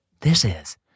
thisis